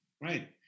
Right